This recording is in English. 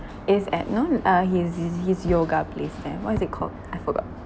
is at you know uh his his his yoga place there what is it called I forgot